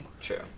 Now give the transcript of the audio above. True